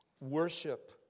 Worship